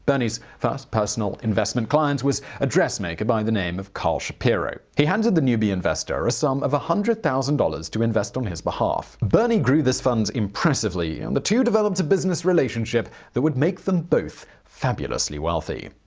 bernie's first personal investment client was a dressmaker by the name of carl shapiro. he handed the newbie investor the sum of a hundred thousand dollars to invest on his behalf. bernie grew this fund impressively and the two men developed a business relationship that would make them both fabulously wealthy.